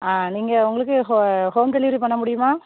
ஆ நீங்கள் உங்களுக்கு ஹோ ஹோம் டெலிவரி பண்ண முடியுமா